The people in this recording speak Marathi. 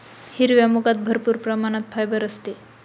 हिरव्या मुगात भरपूर प्रमाणात फायबर असते